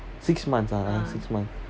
six months ah six months